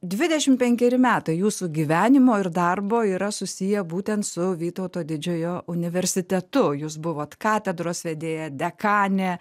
dvidešimt penkeri metai jūsų gyvenimo ir darbo yra susiję būtent su vytauto didžiojo universitetu jūs buvot katedros vedėja dekanė